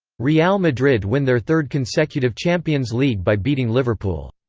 real madrid win their third consecutive champions league by beating liverpool.